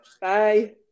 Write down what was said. Bye